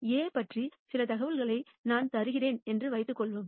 A பற்றி சில தகவல்களை நான் தருகிறேன் என்று வைத்துக் கொள்வோம்